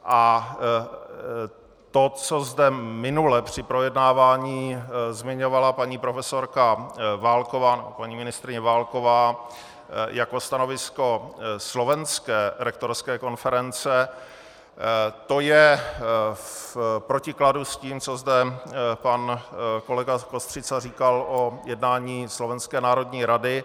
A to, co zde minule při projednávání zmiňovala paní profesorka, paní ministryně Válková jako stanovisko Slovenské rektorské konference, to je v protikladu s tím, co zde pan kolega Kostřica říkal o jednání Slovenské národní rady.